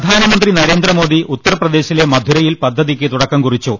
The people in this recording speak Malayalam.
പ്രധാനമന്ത്രി നരേന്ദ്രമോദ്യി ഉത്തർപ്രദേശിലെ മധുരയിൽ പദ്ധതിക്ക് തുടക്കം കുറിച്ചു